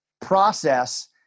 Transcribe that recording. process